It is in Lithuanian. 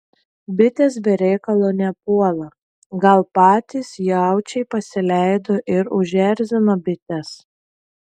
bitės be reikalo nepuola gal patys jaučiai pasileido ir užerzino bites